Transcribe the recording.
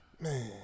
Man